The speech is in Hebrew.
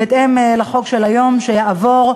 בהתאם לחוק שיעבור היום.